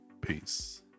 Peace